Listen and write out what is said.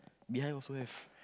behind also have